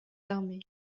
armées